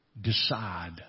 decide